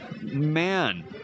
man